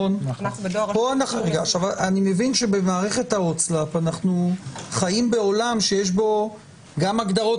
אני מבין שבמערכת ההוצאה לפועל אנחנו חיים בעולם שיש בו גם הגדרות